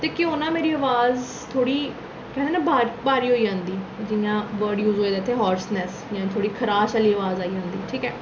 ते केह् होना मेरी अवाज थोह्ड़ी केह् ऐ ना भारी होई जंदी जि'यां वर्ड यूज होएदा इत्थै हार्डनैस्स इ'यां थोह्ड़ी खराश आह्ली अवाज आई जंदी